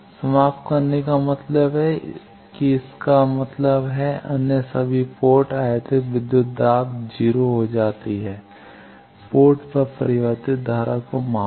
समाप्त करने का मतलब है कि इसका मतलब है अन्य सभी पोर्ट आयातित विद्युत दाब 0 हो जाती है पोर्ट पर परावर्तित धारा को मापें